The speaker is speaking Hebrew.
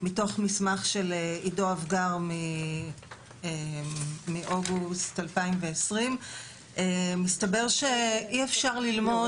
מתוך מסמך של עידו אבגר מאוגוסט 2020. מסתבר שאי אפשר ללמוד